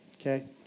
Okay